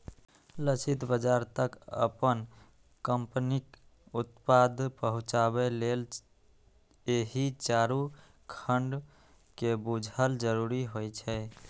लक्षित बाजार तक अपन कंपनीक उत्पाद पहुंचाबे लेल एहि चारू खंड कें बूझब जरूरी होइ छै